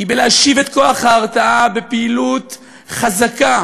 היא להשיב את כוח ההרתעה בפעילות חזקה.